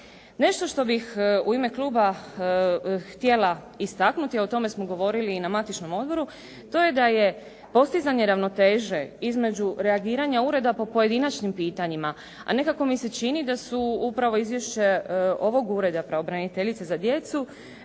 Nešto što bih u ime kluba htjela istaknuti, a o tome smo govorili i na matičnom odboru, to je da je postizanje ravnoteže između reagiranja ureda po pojedinačnim pitanjima. A nekako mi se čini da su upravo izvješće ovog Ureda pravobraniteljice za djecu,